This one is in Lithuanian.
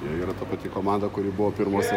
jie yra ta pati komanda kuri buvo pirmose